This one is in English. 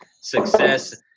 success